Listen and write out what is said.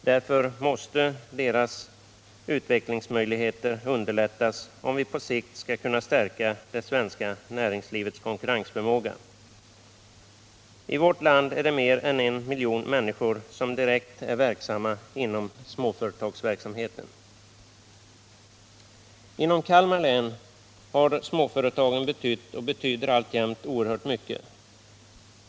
Därför måste deras utvecklingsmöjligheter underlättas om vi på sikt skall kunna stärka det svenska näringslivets konkurrensförmåga. I vårt land är det mer än en miljon människor som är direkt verksamma inom småföretagsverksamheten. Inom Kalmar län har småföretagen betytt och betyder alltjämt oerhört mycket.